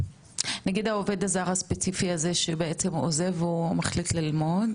נגיד העובד הזר הספציפי הזה שבעצם הוא עוזב והוא מחליט ללמוד,